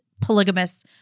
polygamous